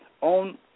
on